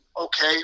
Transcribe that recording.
okay